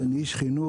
אני איש חינוך,